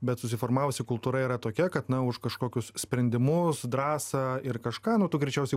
bet susiformavusi kultūra yra tokia kad na už kažkokius sprendimus drąsą ir kažką nu to greičiausiai